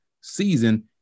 season